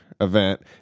event